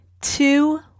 two